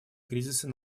кризиса